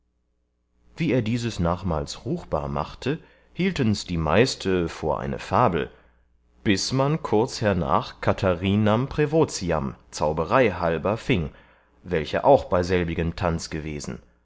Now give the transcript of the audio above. wie er dieses nachmals ruchbar machte hieltens die meiste vor ein fabel bis man kurz hernach catharinam prävotiam zauberei halber fieng welche auch bei selbigem tanz gewesen